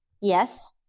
Yes